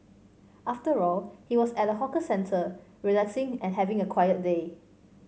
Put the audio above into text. after all he was at a hawker centre relaxing and having a quiet day